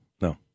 no